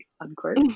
unquote